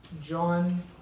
John